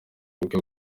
ubukwe